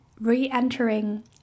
re-entering